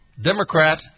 Democrat